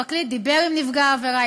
פרקליט דיבר עם נפגע העבירה,